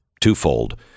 twofold